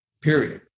period